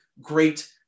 great